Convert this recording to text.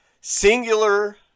singular